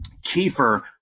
Kiefer